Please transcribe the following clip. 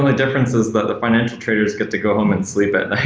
only difference is that the financial traders get to go home and sleep at night.